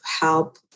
help